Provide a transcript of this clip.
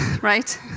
right